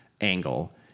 angle